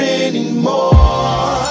anymore